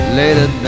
later